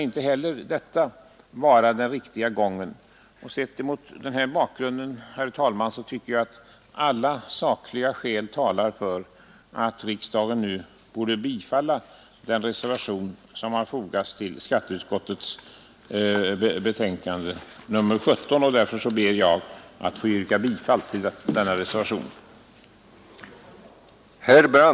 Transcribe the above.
Inte heller detta kan vara den riktiga gången. Sett emot den här bakgrunden, herr talman, tycker jag att alla sakliga skäl talar för att riksdagen nu borde bifalla den reservation som har fogats till skatteutskottets betänkande nr 17. Därför ber jag att få yrka bifall till denna reservation.